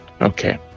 Okay